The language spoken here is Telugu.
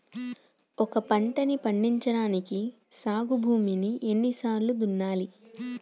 ఒక పంటని పండించడానికి సాగు భూమిని ఎన్ని సార్లు దున్నాలి?